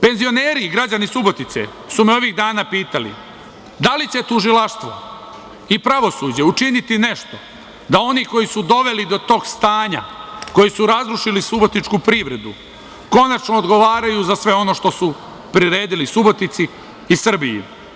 Penzioneri i građani Subotice su me ovih dana pitali da li će tužilaštvo i pravosuđe učiniti nešto da oni koji su doveli do tog stanja, koji su razrušili subotičku privredu, konačno odgovaraju za sve ono što su priredili Subotici i Srbiji.